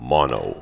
Mono